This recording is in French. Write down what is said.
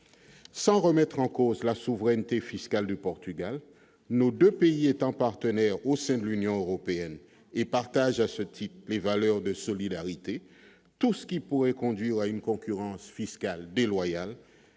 sans remettre en cause la souveraineté fiscale du Portugal, nos 2 pays étant partenaires au sein de l'Union européenne et partage à ce type, les valeurs de solidarité, tout ce qui pourrait conduire à une concurrence fiscale déloyale